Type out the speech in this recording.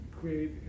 create